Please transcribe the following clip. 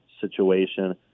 situation